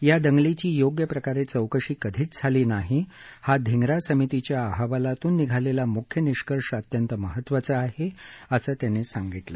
या दंगलीची योग्य प्रकारे चौकशी कधीच झाली नाही हा धिंग्रा समितीच्या अहवालातून निघालेला मख्य निष्कर्ष अत्यंत महत्वाचा आहे असं ते म्हणाले